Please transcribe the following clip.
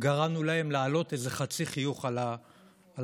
גרמנו להם להעלות איזה חצי חיוך על הפנים.